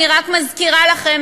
אני רק מזכירה לכם,